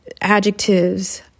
adjectives